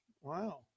Wow